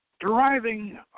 deriving